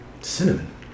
Cinnamon